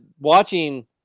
watching